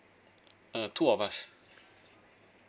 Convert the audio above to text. uh two of us